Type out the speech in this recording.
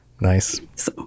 nice